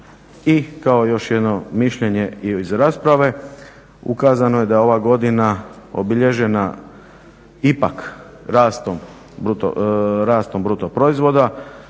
I kao još jedno mišljenje iz rasprave. Ukazano je da je ova godina obilježena ipak rastom bruto proizvoda